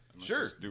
Sure